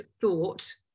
thought